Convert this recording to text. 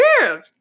weird